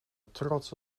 trots